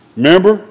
Remember